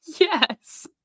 yes